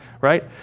right